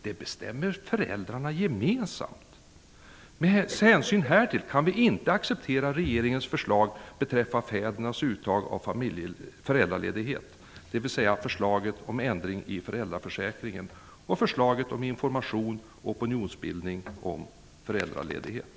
Det bestämmer föräldrarna gemensamt. Med hänsyn härtill kan vi inte acceptera regeringens förslag beträffande uttag av föräldraledighet, dvs. förslaget om ändring i föräldraförsäkringen och förslaget om information och opinionsbildning om föräldraledighet.